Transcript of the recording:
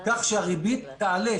כך שהריבית תעלה.